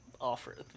offer